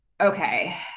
okay